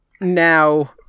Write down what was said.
now